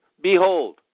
behold